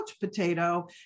potato